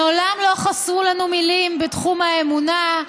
מעולם לא חסרו לנו מילים בתחום האמונה,